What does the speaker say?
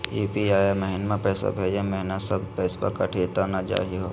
UPI महिना पैसवा भेजै महिना सब पैसवा कटी त नै जाही हो?